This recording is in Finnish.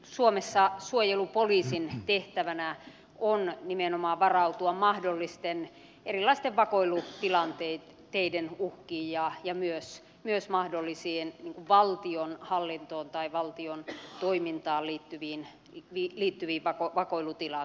suomessa suojelupoliisin tehtävänä on nimenomaan varautua mahdollisten erilaisten vakoilutilanteiden uhkiin ja myös mahdollisiin valtionhallintoon tai valtion toimintaan liittyviin vakoilutilanteisiin